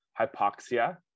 hypoxia